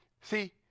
See